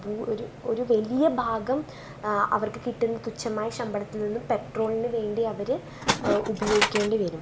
ഒരു ഒരു വലിയ ഭാഗം അവർക്കു കിട്ടുന്ന തുച്ഛമായ ശമ്പളത്തിൽ നിന്നും പെട്രോളിനു വേണ്ടി അവര് ഉപയോഗിക്കേണ്ടിവരും